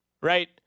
right